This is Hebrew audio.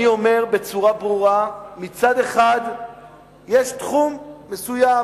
אני אומר בצורה ברורה: מצד אחד יש תחומים מסוימים,